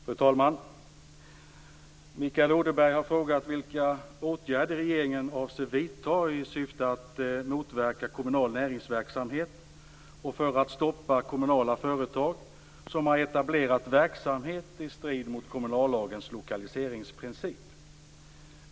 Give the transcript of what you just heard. Fru talman! Mikael Odenberg har frågat vilka åtgärder regeringen avser vidta i syfte att motverka kommunal näringsverksamhet och för att stoppa kommunala företag som har etablerat verksamhet i strid med kommunallagens lokaliseringsprincip.